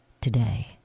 today